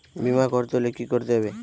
বিমা করতে হলে কি করতে হবে?